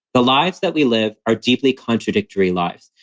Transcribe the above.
the lives that we live are deeply contradictory lives.